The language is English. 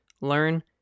learn